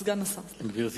סגן השר, סליחה.